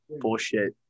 bullshit